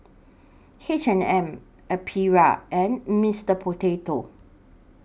H and M Aprilia and Mister Potato